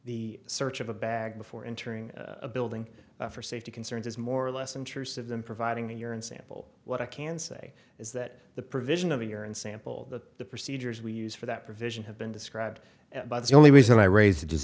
the search of a bag before entering a building for safety concerns is more or less intrusive than providing a urine sample what i can say is that the provision of a urine sample that the procedures we use for that provision have been described by the only reason i raise